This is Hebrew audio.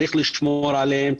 צריך לשמור עליהם,